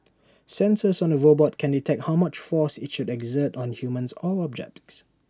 sensors on the robot can detect how much force IT should exert on humans or objects